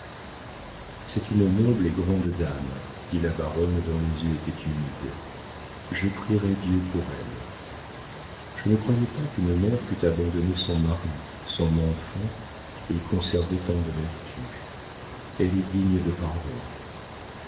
c'est une noble et grande femme dit la baronne dont les yeux étaient humides je prierai dieu pour elle je ne croyais pas qu'une mère pût abandonner son mari son enfant et conserver tant de vertus elle est digne de pardon